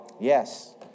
Yes